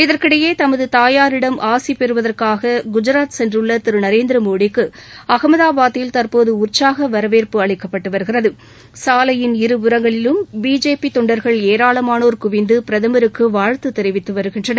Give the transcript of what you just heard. இதற்கிடையே தமது தாயாரிடம் ஆசி பெறுவதற்காக குஜாத் சென்றுள்ள திரு நரேந்திர மோடிக்கு அகமதாபாதில் தற்போது உற்சாக வரவேற்பு அளிக்கப்பட்டு வருகிறது சாலையின் இருபுறங்களிலும் பிஜேபி தொண்டர்கள் ஏராளமானோர் குவிந்து பிரதமருக்கு வாழ்த்து தெரிவித்து வருகின்றனர்